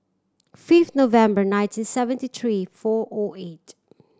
five November nineteen seventy three four O eight